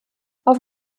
auf